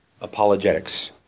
apologetics